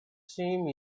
same